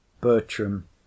Bertram